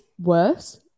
worse